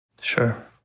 Sure